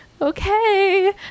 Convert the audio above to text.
Okay